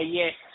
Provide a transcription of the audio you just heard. yes